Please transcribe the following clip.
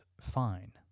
fine